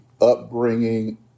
upbringing